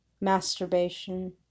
masturbation